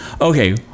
Okay